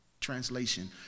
Translation